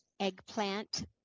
eggplant